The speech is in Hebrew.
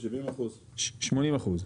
70%. 80%,